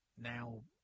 now